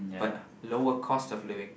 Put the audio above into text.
but lower cost of living